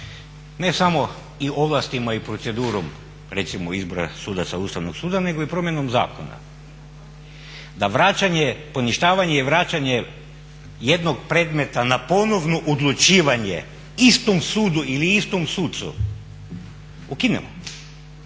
Ne samo i ovlastima i procedurom recimo izbora sudaca Ustavnog suda nego i promjenom zakona. Da poništavanje i vraćanje jednog predmeta na ponovno odlučivanje istom sudu ili istom sucu ukinemo.